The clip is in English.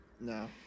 no